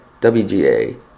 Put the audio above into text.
WGA